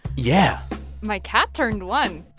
yeah my cat turned one